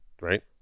right